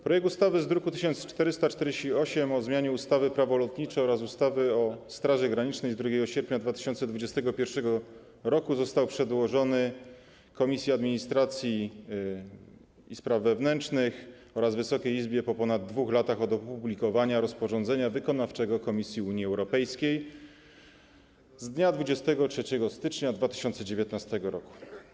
Projekt ustawy z druku nr 1448 o zmianie ustawy - Prawo lotnicze oraz ustawy o Straży Granicznej z 2 sierpnia 2021 r. został przedłożony Komisji Administracji i Spraw Wewnętrznych oraz Wysokiej Izbie po ponad 2 latach od opublikowania rozporządzenia wykonawczego Komisji Unii Europejskiej z dnia 23 stycznia 2019 r.